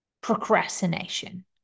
procrastination